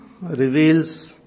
reveals